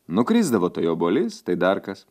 nukrisdavo tai obuolys tai dar kas